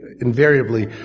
invariably